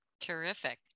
Terrific